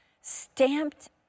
stamped